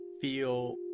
feel